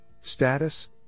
status